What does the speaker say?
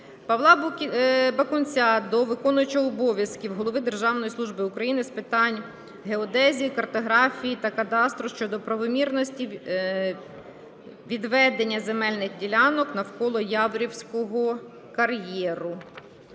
Павла Бакунця до виконувача обов’язків Голови Державної служби України з питань геодезії, картографії та кадастру щодо правомірності відведення земельних ділянок навколо Яворівського кар’єру.